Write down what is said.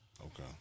Okay